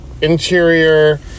interior